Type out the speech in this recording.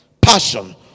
Passion